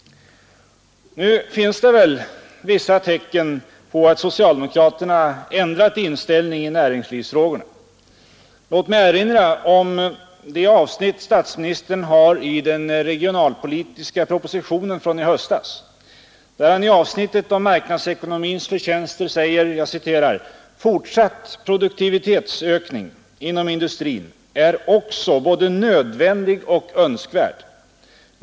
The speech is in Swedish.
Nu finns det väl vissa tecken som tyder på att socialdemokraterna har ändrat inställning i näringslivsfrågorna. Låt mig erinra om den regionalpolitiska propositionen i höstas, där statsministern i avsnittet om marknadsekonomins förtjänster säger: ”Fortsatt produktivitetsökning inom industrin är också både nödvändig och önskvärd.